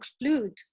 include